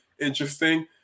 interesting